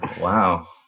Wow